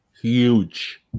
huge